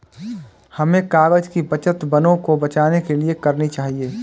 हमें कागज़ की बचत वनों को बचाने के लिए करनी चाहिए